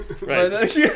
Right